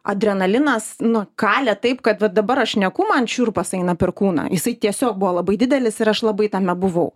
adrenalinas nu kalė taip kad va dabar aš šneku man šiurpas eina per kūną jisai tiesiog buvo labai didelis ir aš labai tame buvau